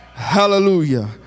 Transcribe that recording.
hallelujah